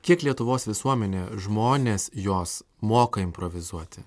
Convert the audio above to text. kiek lietuvos visuomenė žmonės jos moka improvizuoti